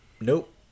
Nope